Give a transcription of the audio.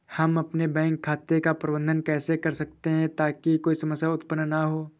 हम अपने बैंक खाते का प्रबंधन कैसे कर सकते हैं ताकि कोई समस्या उत्पन्न न हो?